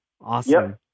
Awesome